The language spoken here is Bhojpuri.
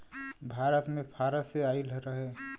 भारत मे फारस से आइल रहे